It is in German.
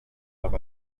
haben